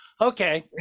Okay